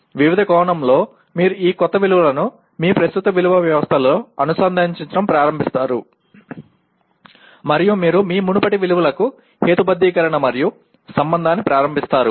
వివిధ కోణంలో మీరు ఈ క్రొత్త విలువలను మీ ప్రస్తుత విలువ వ్యవస్థలో అనుసంధానించడం ప్రారంభిస్తారు మరియు మీరు మీ మునుపటి విలువలకు హేతుబద్ధీకరణ మరియు సంబంధాన్ని ప్రారంభిస్తారు